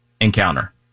encounter